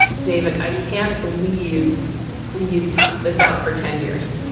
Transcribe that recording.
david, i can't believe you've tufte this out for ten years.